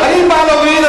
אני בא להוריד,